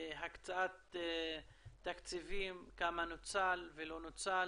הקצאת תקציבים, כמה נוצל ולא נוצל